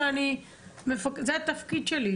זה התפקיד שלי,